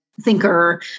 thinker